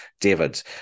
David